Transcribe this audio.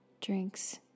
drinks